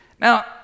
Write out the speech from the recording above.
Now